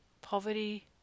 poverty